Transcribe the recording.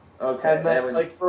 Okay